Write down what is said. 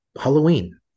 Halloween